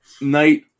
Night